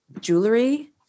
Jewelry